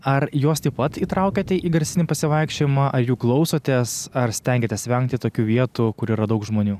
ar juos taip pat įtraukiate į garsinį pasivaikščiojimą jų klausotės ar stengiatės vengti tokių vietų kur yra daug žmonių